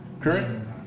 Current